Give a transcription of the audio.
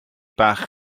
bach